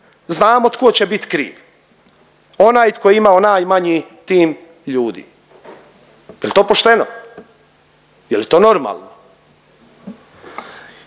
znamo tko će bit kriv. Onaj tko je imao najmanji tim ljudi. Je li to pošteno? Je li to normalno?